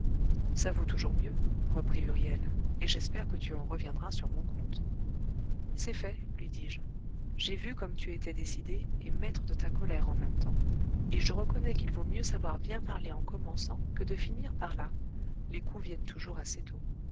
ça vaut toujours mieux reprit huriel et j'espère que tu en reviendras sur mon compte c'est fait lui dis-je j'ai vu comme tu étais décidé et maître de ta colère en même temps et je reconnais qu'il vaut mieux savoir bien parler en commençant que de finir par là les coups viennent toujours assez tôt